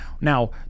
Now